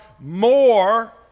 more